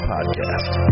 Podcast